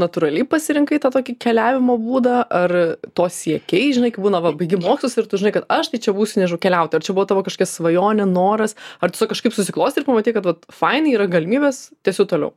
natūraliai pasirinkai tą tokį keliavimo būdą ar to siekei žinai kai būna va baigi mokslus ir tu žinai kad aš tai čia būsiu nežinau keliautoja ar čia buvo tavo kažkokia svajonė noras ar tiesiog kažkaip susiklostė ir pamatei kad vat faina yra galimybės tęsiu toliau